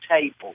table